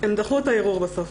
הם דחו את הערעור מהסוף.